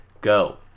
Go